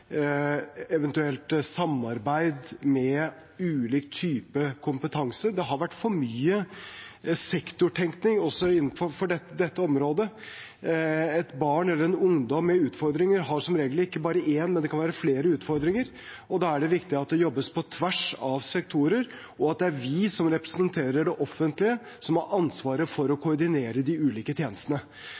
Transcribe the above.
eventuelt i samarbeid med ulike typer kompetanse. Det har vært for mye sektortenkning også innenfor dette området. Et barn eller en ungdom med utfordringer har som regel ikke bare én, men flere utfordringer. Da er det viktig at det jobbes på tvers av sektorer, og det er vi som representerer det offentlige, som har ansvaret for å koordinere de ulike tjenestene.